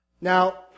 Now